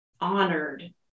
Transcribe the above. honored